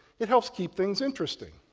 it helps keep things interesting.